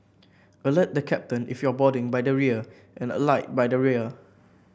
alert the captain if you're boarding by the rear and alight by the rear